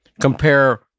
compare